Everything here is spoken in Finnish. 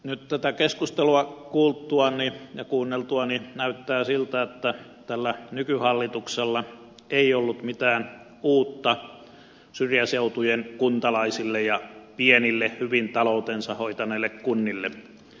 nyt tätä keskustelua kuultuani ja kuunneltuani näyttää siltä että tällä nykyhallituksella ei ollut mitään uutta syrjäseutujen kuntalaisille ja pienille hyvin taloutensa hoitaneille kunnille